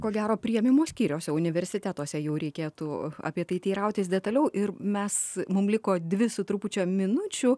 ko gero priėmimo skyriuose universitetuose jau reikėtų apie tai teirautis detaliau ir mes mum liko dvi su trupučiu minučių